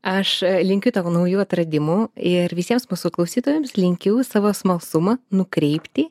aš linkiu tavo naujų atradimų ir visiems mūsų klausytojams linkiu savo smalsumą nukreipti